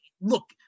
look